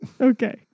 Okay